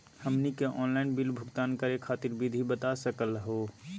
हमनी के online bill भुगतान करे खातीर विधि बता सकलघ हो?